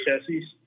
chassis